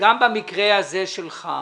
במקרה הזה שלך,